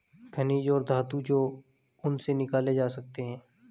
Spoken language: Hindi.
खनिज और धातु जो उनसे निकाले जा सकते हैं